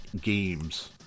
games